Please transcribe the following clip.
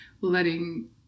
letting